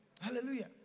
Hallelujah